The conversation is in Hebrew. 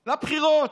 לבחירות.